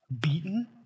beaten